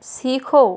सीखो